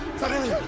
suddenly